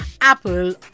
Apple